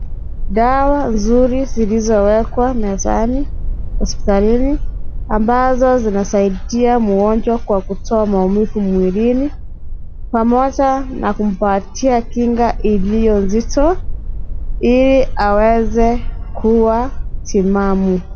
Dawa nzuri zilizowekwa mezani hospitalini ambazo zinasaidia mgonjwa kwa kutoa maumivu mwilini pamoja na kumpatia kinga iliyo nzito ili aweze kuwa timamu.